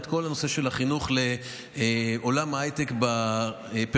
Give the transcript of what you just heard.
כל הנושא של החינוך לעולם ההייטק בפריפריה,